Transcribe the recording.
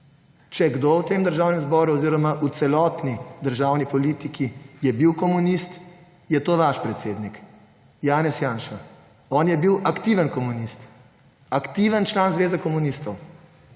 Če kdo v Državnem zboru oziroma v celotni državni politiki je bil komunist, je to vaš predsednik Janez Janša. On je bil aktiven komunist, aktiven član Zveze komunistov,